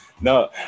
No